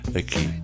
aqui